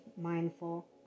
mindful